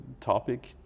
topic